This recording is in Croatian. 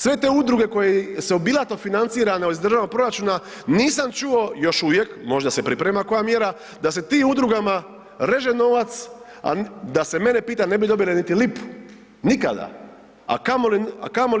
Sve te udruge koje su obilato financirane iz državnog proračuna nisam čuo još uvijek, možda se priprema koja mjera, da se tim udrugama reže novac, a da se mene pita ne bi dobile niti lipu, nikada, a kamoli,